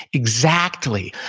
exactly!